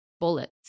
bullets